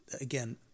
again